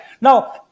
Now